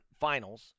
finals